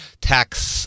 tax